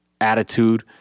attitude